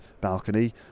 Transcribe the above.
balcony